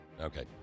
Okay